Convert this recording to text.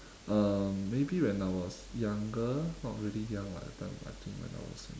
um maybe when I was younger not really young lah that time I think when I was in